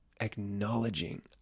acknowledging